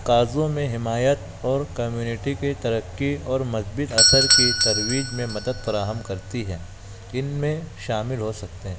کازوں میں حمایت اور کمیونٹی کے ترقی اور مثبت اثر کی ترویج میں مدد فراہم کرتی ہیں ان میں شامل ہو سکتے ہیں